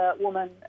woman